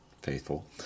faithful